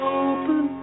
open